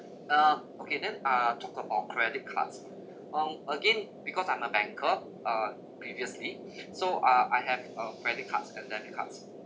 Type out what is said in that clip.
uh okay then ah talk about credit cards um again because I'm a banker uh previously so ah I have a credit cards and debit cards